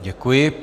Děkuji.